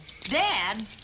Dad